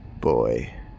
Boy